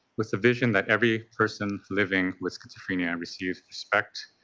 with the vision that every person living with schizophrenia and receives respect,